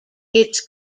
its